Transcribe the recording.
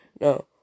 No